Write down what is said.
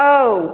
औ